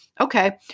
okay